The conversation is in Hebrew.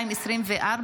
התשפ"ד 2024,